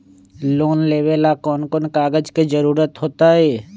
Loan लेवेला कौन कौन कागज के जरूरत होतई?